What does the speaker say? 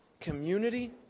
Community